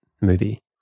movie